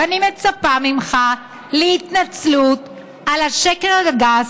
ואני מצפה ממך להתנצלות על השקר הגס,